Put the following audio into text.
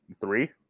three